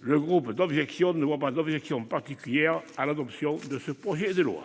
le groupe RDSE ne voit pas d'objection particulière à l'adoption de ce projet de loi